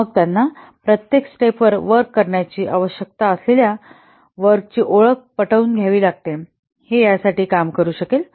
मग त्यांना प्रत्येक स्टेप वर वर्क करण्याची आवश्यकता असलेल्या वर्क ची ओळख पटवावी लागेल हे यासाठी काम करू शकेल